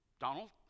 Donald